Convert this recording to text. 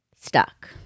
stuck